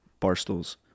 barstools